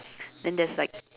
then there's like